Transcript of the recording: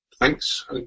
thanks